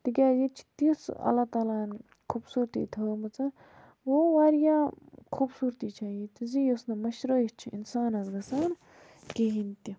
تِکیٛازِ ییٚتہِ چھِ تِژھ اللہ تعالیٰ ہن خوٗبصوٗرتی تھٲومٕژ گوٚو واریاہ خوٗبصوٗرتی چھِ ییٚتہِ زِ یُس نہٕ مٔشرٲیِتھ چھِ اِنسانَس گژھان کِہیٖنۍ تہِ